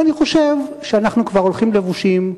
ואני חושב שאנחנו כבר הולכים לבושים,